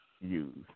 use